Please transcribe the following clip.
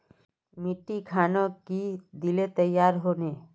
मिट्टी खानोक की दिले तैयार होने?